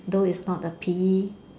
though it's not the P_E